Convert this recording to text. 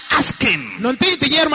asking